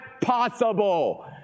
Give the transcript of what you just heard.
possible